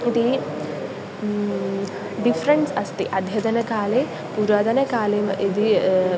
इति डिफ़्रेन्स् अस्ति अद्यतनकाले पुरातनकाले यदि